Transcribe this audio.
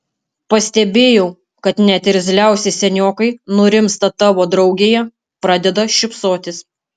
pastebėjau kad net irzliausi seniokai nurimsta tavo draugėje pradeda šypsotis